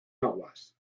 aguas